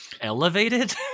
elevated